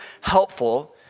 helpful